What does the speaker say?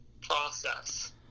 process